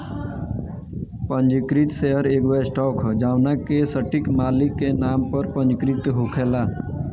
पंजीकृत शेयर एगो स्टॉक ह जवना के सटीक मालिक के नाम पर पंजीकृत होखेला